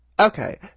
Okay